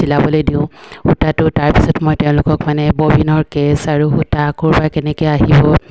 চিলাবলে দিওঁ সূতাটো তাৰপিছত মই তেওঁলোকক মানে ববিনৰ কেছ আৰু সূতা ক'ৰপৰা কেনেকে আহিব